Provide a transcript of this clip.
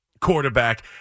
quarterback